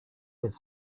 with